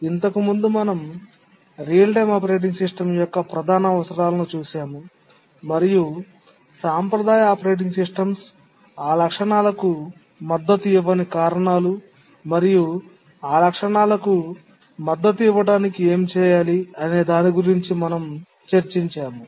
ఇంతకుముందు మనం real time operating system యొక్క ప్రధాన అవసరాలను చూశాము మరియు సాంప్రదాయ ఆపరేటింగ్ సిస్టమ్స్ ఆ లక్షణాలకు మద్దతు ఇవ్వని కారణాలు మరియు ఈ లక్షణాలకు మద్దతు ఇవ్వడానికి ఏమి చేయాలి అనే దాని గురించి మనం చర్చించాము